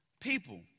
people